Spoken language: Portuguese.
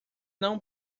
não